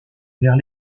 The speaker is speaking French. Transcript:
vers